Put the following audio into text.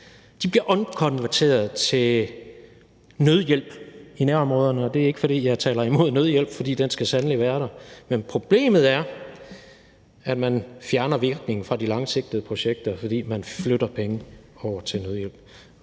bliver konverteret til nødhjælp i nærområderne – og det er ikke, fordi jeg taler imod nødhjælp, for den skal sandelig være der – men problemet er, at man fjerner virkningen af de langsigtede projekter, fordi man flytter pengene over til nødhjælp.